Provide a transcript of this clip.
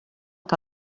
que